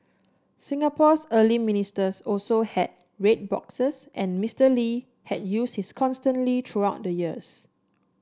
Singapore's early ministers also had red boxes and Mister Lee had used his consistently through the years